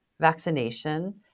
vaccination